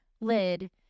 lid